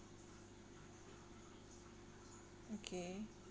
okay